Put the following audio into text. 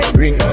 ring